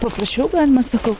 paprašiau galima sakau